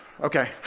Okay